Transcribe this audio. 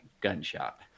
gunshot